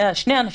שני אנשים,